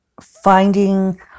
finding